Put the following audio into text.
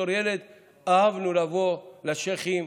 בתור ילד אהבנו לבוא לשייח'ים,